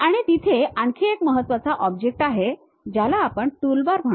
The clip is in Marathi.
आणि तिथे आणखी एक महत्त्वाचा ऑब्जेक्ट आहे ज्याला आपण टूलबार म्हणतो